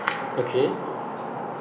okay